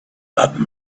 that